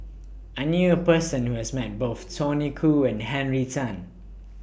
I knew A Person Who has Met Both Tony Khoo and Henry Tan